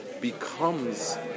becomes